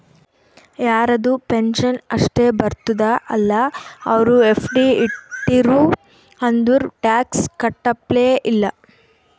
ಯಾರದು ಪೆನ್ಷನ್ ಅಷ್ಟೇ ಬರ್ತುದ ಅಲ್ಲಾ ಅವ್ರು ಎಫ್.ಡಿ ಇಟ್ಟಿರು ಅಂದುರ್ ಟ್ಯಾಕ್ಸ್ ಕಟ್ಟಪ್ಲೆ ಇಲ್ಲ